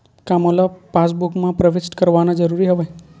का मोला पासबुक म प्रविष्ट करवाना ज़रूरी हवय?